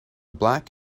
black